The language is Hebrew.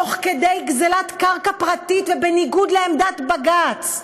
תוך כדי גזלת קרקע פרטית ובניגוד לעמדת בג"ץ,